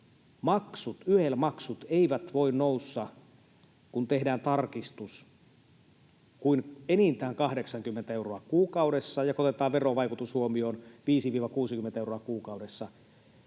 YEL-maksut eivät voi nousta, kun tehdään tarkistus, kuin enintään 80 euroa kuukaudessa, ja kun otetaan verovaikutus huomioon, 5—60 euroa kuukaudessa,